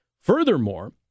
Furthermore